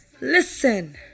listen